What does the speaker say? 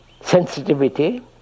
sensitivity